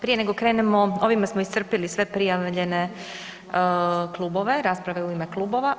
Prije nego krenemo, ovime smo iscrpili sve prijavljene klubove, rasprave u ime klubova.